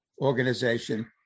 organization